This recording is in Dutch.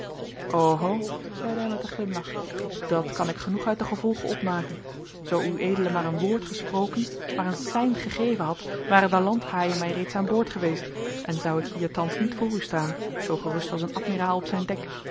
zeide hij met een glimlach dat kan ik genoeg uit de gevolgen opmaken zoo ued maar een woord gesproken maar een sein gegeven had waren de landhaaien mij reeds aan boord geweest on zou ik hier thans niet voor u staan zoo gerust als een admiraal op zijn dek